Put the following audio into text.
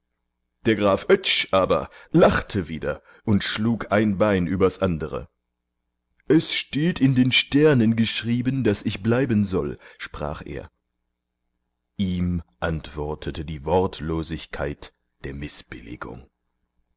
der graf oetsch aber lachte wieder und schlug ein bein übers andere es steht in den sternen geschrieben daß ich bleiben soll sprach er ihm antwortete die wortlosigkeit der